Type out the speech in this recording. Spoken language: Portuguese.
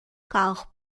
carro